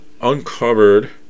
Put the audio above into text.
uncovered